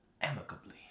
amicably